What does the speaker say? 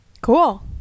Cool